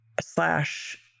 slash